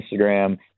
Instagram